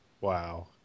Wow